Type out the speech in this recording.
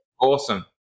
Awesome